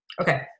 Okay